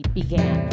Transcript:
began